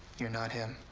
you're not him.